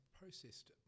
processed